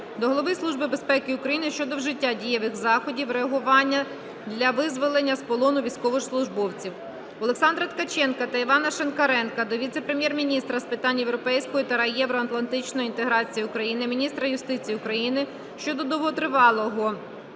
до Голови Служби безпеки України щодо вжиття дієвих заходів реагування для визволення з полону військовослужбовців. Олександра Ткаченка та Івана Шинкаренка до віце-прем'єр-міністра з питань європейської та євроатлантичної інтеграції України - міністра юстиції України щодо довготривалого